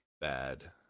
bad